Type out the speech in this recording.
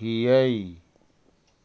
हियई